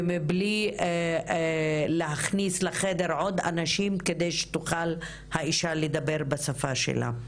ומבלי להכניס לחדר עוד אנשים כדי שתוכל האישה לדבר בשפה שלה.